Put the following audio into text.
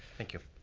thank you.